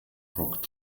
rock